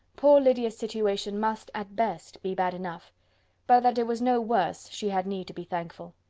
poor lydia's situation must, at best, be bad enough but that it was no worse, she had need to be thankful.